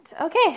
Okay